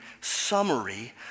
summary